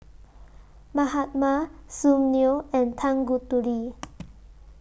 Mahatma Sunil and Tanguturi